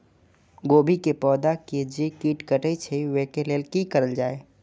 गोभी के पौधा के जे कीट कटे छे वे के लेल की करल जाय?